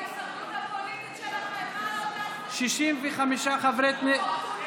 ההסתייגות (9) לחלופין (יג) של קבוצת